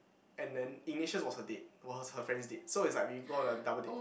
and then Ignatius was her date was her friend's date so is like we go on a double date